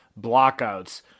blockouts